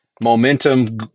momentum